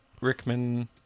Rickman